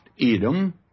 Edom